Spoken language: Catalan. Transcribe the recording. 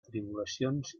tribulacions